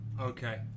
Okay